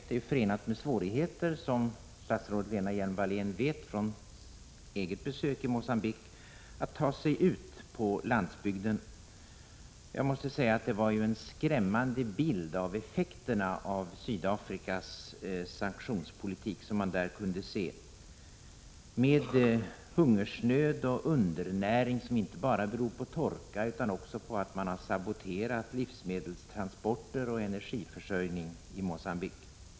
Det är ju, som statsrådet Lena Hjelm-Wallén vet efter ett eget besök i Mogambique, förenat med stora svårigheter att ta sig ut på landsbygden. Jag måste säga att det var en skrämmande bild av effekterna av Sydafrikas sanktionspolitik som man där kunde se: hungersnöd och undernäring som inte bara beror på torka utan också på att Sydafrika har saboterat livsmedelstransporter och energiförsörjning i Mogambique.